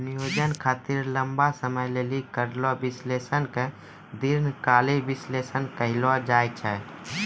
नियोजन खातिर लंबा समय लेली करलो विश्लेषण के दीर्घकालीन विष्लेषण कहलो जाय छै